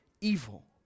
evil